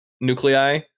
nuclei